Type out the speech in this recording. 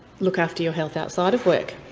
look after your health outside of work.